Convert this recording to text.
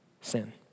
sin